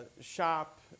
shop